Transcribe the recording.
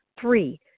three